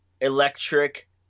electric